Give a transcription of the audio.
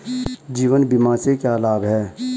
जीवन बीमा से क्या लाभ हैं?